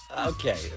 Okay